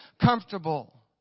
comfortable